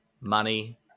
money